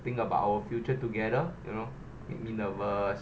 think about our future together you know make me nervous